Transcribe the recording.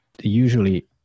Usually